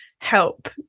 help